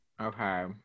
Okay